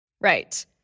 Right